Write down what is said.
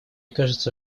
кажется